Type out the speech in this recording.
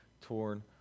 torn